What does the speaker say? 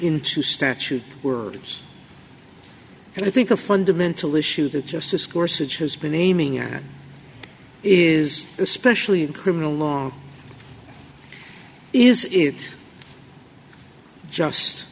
into statute words and i think a fundamental issue that justice corsets has been aiming at is especially in criminal law is it just